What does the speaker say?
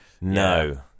No